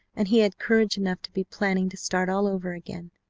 and he had courage enough to be planning to start all over again.